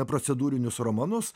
procedūrinius romanus